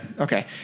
Okay